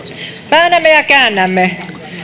väännämme ja käännämme